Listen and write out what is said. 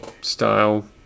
style